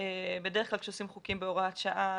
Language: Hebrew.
בדרך כלל כעושים חוקים בהוראת שעה,